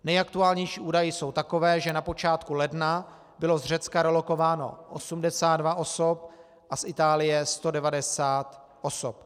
Nejaktuálnější údaje jsou takové, že na počátku ledna bylo z Řecka relokováno 82 osob a z Itálie 190 osob.